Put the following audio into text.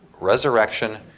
resurrection